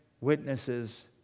witnesses